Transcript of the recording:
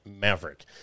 Maverick